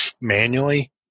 manually